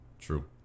True